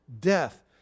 death